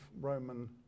Roman